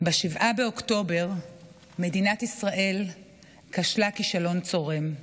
ב-7 באוקטובר מדינת ישראל כשלה כישלון צורם: